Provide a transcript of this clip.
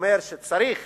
שאומר שצריך